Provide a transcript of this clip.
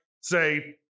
say